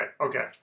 okay